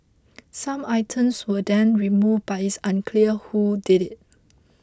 some items were then removed but it's unclear who did it